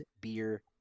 beer